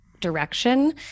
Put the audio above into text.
direction